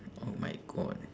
oh my god